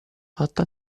fatta